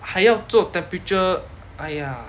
还要做 temperature !aiya!